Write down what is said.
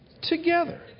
together